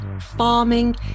farming